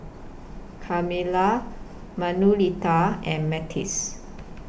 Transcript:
Carmella Manuelita and Matthias